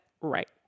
right